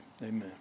Amen